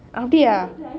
அப்படியா:appadiya